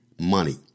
money